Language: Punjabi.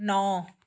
ਨੌ